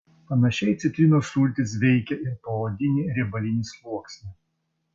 panašiai citrinos sultys veikia ir poodinį riebalinį sluoksnį